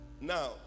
now